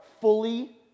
fully